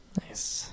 Nice